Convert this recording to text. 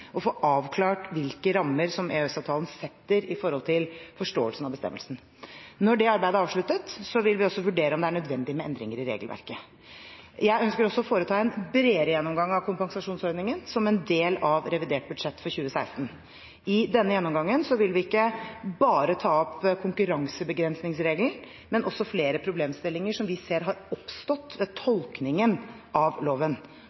få avklart hvilke rammer EØS-avtalen setter for forståelsen av bestemmelsen. Når det arbeidet er avsluttet, vil vi vurdere om det er nødvendig med endringer i regelverket. Jeg ønsker også å foreta en bredere gjennomgang av kompensasjonsordningen som en del av revidert budsjett for 2016. I denne gjennomgangen vil vi ikke bare ta opp konkurransebegrensningsregelen, men også flere problemstillinger som vi ser har oppstått ved tolkningen av loven.